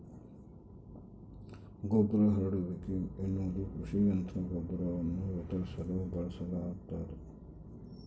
ಗೊಬ್ಬರ ಹರಡುವಿಕೆ ಎನ್ನುವುದು ಕೃಷಿ ಯಂತ್ರ ಗೊಬ್ಬರವನ್ನು ವಿತರಿಸಲು ಬಳಸಲಾಗ್ತದ